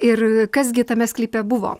ir kas gi tame sklype buvo